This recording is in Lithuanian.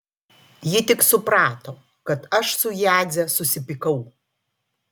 ji tik suprato kad aš su jadze susipykau